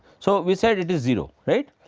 so, we said it is zero right,